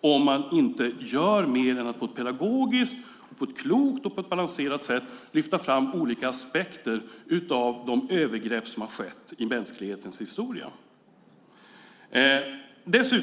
om man inte gör mer än att på ett pedagogiskt, klokt och balanserat sätt lyfta fram olika aspekter av de övergrepp som har skett i mänsklighetens historia?